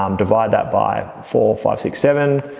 um divide that by four, five, six seven,